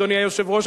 אדוני היושב-ראש,